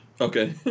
Okay